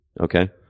Okay